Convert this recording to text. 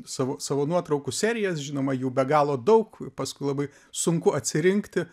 savo savo nuotraukų serijas žinoma jų be galo daug paskui labai sunku atsirinkti